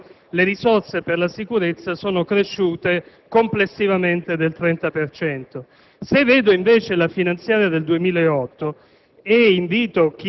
**Il Senato non approva.**